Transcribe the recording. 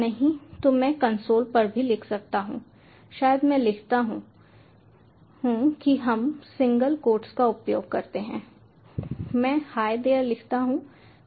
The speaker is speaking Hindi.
नहीं तो मैं कंसोल पर भी लिख सकता हूँ शायद मैं लिखता हूँ हूँ कि हम सिंगल कोट्स का उपयोग करते हैं मैं हाय देयर लिखता हूँ